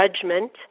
judgment